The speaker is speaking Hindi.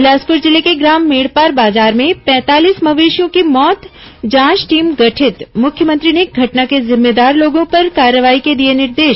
बिलासपुर जिले के ग्राम मेड़पार बाजार में पैंतालीस मेवेशियों की मौत जांच टीम गठित मुख्यमंत्री ने घटना के जिम्मेदार लोगों पर कार्रवाई के दिए निर्देश